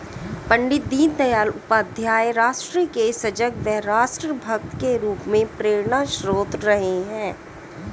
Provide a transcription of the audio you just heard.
पण्डित दीनदयाल उपाध्याय राष्ट्र के सजग व राष्ट्र भक्त के रूप में प्रेरणास्त्रोत रहे हैं